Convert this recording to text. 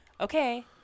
okay